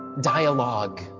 dialogue